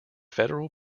federal